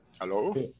Hello